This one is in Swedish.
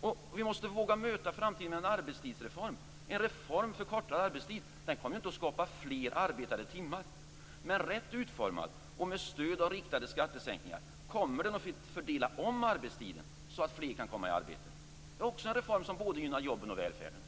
Och vi måste våga möta framtiden med en arbetstidsreform. En reform för kortare arbetstid kommer inte i sig att skapa flera arbetade timmar, men rätt utformad och med stöd av riktade skattesänkningar kommer den att fördela om arbetstiden så att fler kan komma i arbete. Det är också en reform som gynnar både jobben och välfärden.